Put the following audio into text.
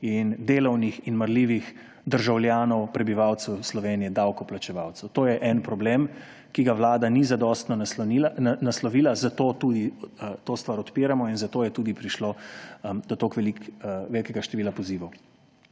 in delavnih in marljivih državljanov, prebivalcev Slovenije, davkoplačevalcev. To je en problem, ki ga vlada ni zadostno naslovila, zato tudi to stvar odpiramo in zato je tudi prišlo do toliko velikega števila pozivov.